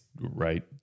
right